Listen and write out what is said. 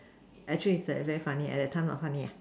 actually it's that very funny at that time not funny ah